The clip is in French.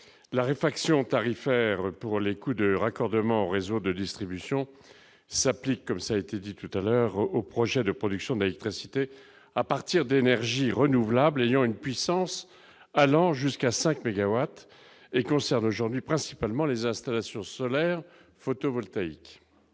la réfraction tarifaire pour les coûts de raccordement au réseau de distribution s'applique, comme ça a été dit tout à l'heure au projet de production d'électricité à partir d'énergies renouvelables, ayant une puissance allant jusqu'à 5 mégawatts et concerne aujourd'hui principalement les installations solaires photovoltaïques,